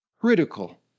critical